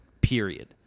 period